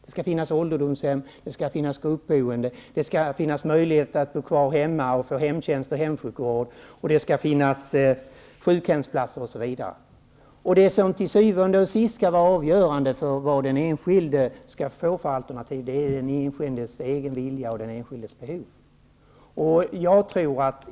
Det skall finnas ålderdomshem, gruppboende, möjlighet att bo kvar hemma och få hemtjänst och hemsjukvård. Det skall finnas sjukhemsplatser osv. Det som till syvende och sist skall vara avgörande för vilket alternativ den enskilde skall få är den enskildes egen vilja och behov.